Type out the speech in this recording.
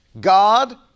God